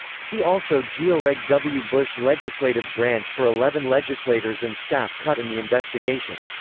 see also georeg w. bush legislative branch for eleven legislators and staff caught in the investigation.